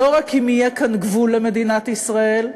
לא רק אם יהיה כאן גבול למדינת ישראל,